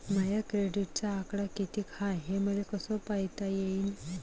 माया क्रेडिटचा आकडा कितीक हाय हे मले कस पायता येईन?